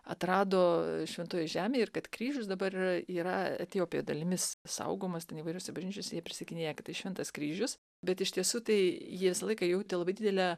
atrado šventojoj žemėj ir kad kryžius dabar yra etiopijoj dalimis saugomas ten įvairiose bažnyčiose jie prisiekinėja kad tai šventas kryžius bet iš tiesų tai jie visą laiką jautė labai didelę